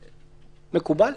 מקובל?